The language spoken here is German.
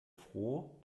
froh